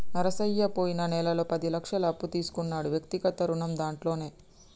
నరసయ్య పోయిన నెలలో పది లక్షల అప్పు తీసుకున్నాడు వ్యక్తిగత రుణం దాంట్లోనే